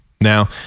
Now